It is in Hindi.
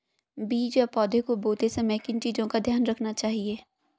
बीज या पौधे को बोते समय किन चीज़ों का ध्यान रखना चाहिए?